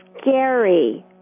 scary